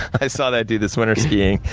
i saw that dude this winter, skiing.